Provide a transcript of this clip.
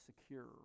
secure